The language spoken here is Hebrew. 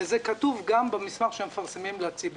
זה כתוב גם במסמך שאנחנו מפרסמים לציבור.